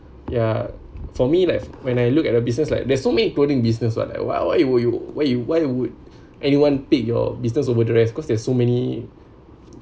ya for me like when I look at a business like there's so many clothing business like why why would you why you why would anyone pick your business overdress cause there's so many